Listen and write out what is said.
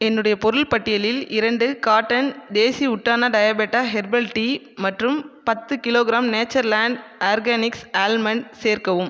என்னுடைய பொருள் பட்டியலில் இரண்டு carton Desi Utthana Diabeta herbal tea மற்றும் பத்து கிலோகிராம் நேச்சர்லாண்டு ஆர்கானிக்ஸ் ஆல்மண்ட் சேர்க்கவும்